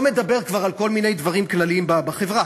לא מדבר כבר על כל מיני דברים כלליים בחברה,